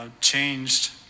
changed